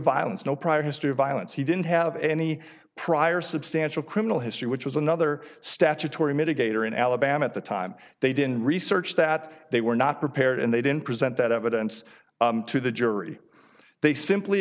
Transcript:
violence no prior history of violence he didn't have any prior substantial criminal history which was another statutory mitigator in alabama at the time they didn't research that they were not prepared and they didn't present that evidence to the jury they simply